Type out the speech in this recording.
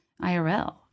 IRL